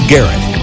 Garrett